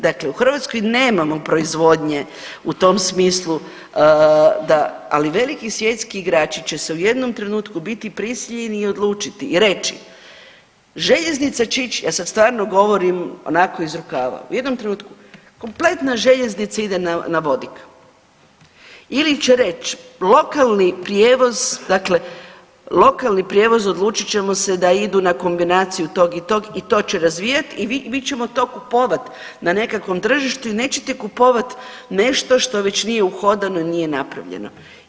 Dakle, u Hrvatskoj nemamo proizvodnje u tom smislu da, ali veliki svjetski igrači će se u jednom trenutku biti prisiljeni i odlučiti i reći željeznica će ić, ja sad stvarno govorim onako iz rukava, u jednom trenutku kompletna željeznica ide na vodik ili će reć lokalni prijevoz, dakle lokalni prijevoz odlučit ćemo se da idu na kombinaciju tog i tog i to će razvijat i mi ćemo to kupovat na nekakvom tržištu i nećete kupovat nešto što već nije uhodano i nije napravljeno.